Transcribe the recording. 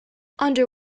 under